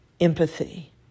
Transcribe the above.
empathy